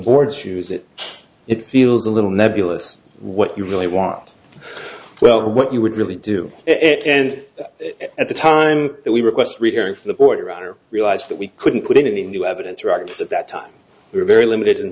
board shoes that it feels a little nebulous what you really want well what you would really do it and at the time that we request retiring from the board around or realized that we couldn't put in any new evidence at that time we were very limited